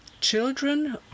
children